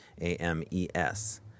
A-M-E-S